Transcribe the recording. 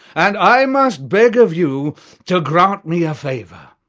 and i must beg of you to grant me a favour.